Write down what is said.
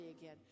again